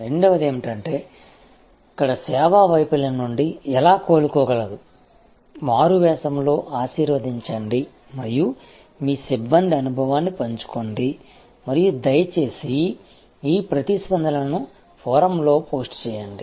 రెండవది ఏమిటంటే ఇక్కడ సేవా వైఫల్యం నుండి ఎలా కోలుకోగలదు మారువేషంలో ఆశీర్వదించండి మరియు మీ సిబ్బంది అనుభవాన్ని పంచుకోండి మరియు దయచేసి ఈ ప్రతిస్పందనలను ఫోరమ్లో పోస్ట్ చేయండి